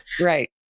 Right